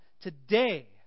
today